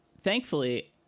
thankfully